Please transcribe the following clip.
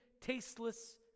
tasteless